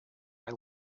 are